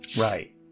Right